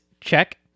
Check